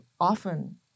often